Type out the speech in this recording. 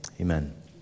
amen